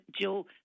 Joe